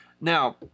Now